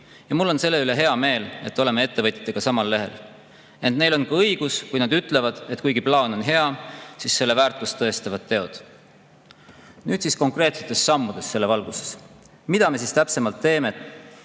Ja mul on selle üle hea meel, et oleme ettevõtjatega samal lehel. Ent neil on õigus, kui nad ütlevad, et plaan on küll hea, aga selle väärtust tõestavad teod. Nüüd konkreetsetest sammudest selle valguses. Mida me siis täpsemalt teeme?